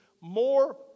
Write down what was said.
more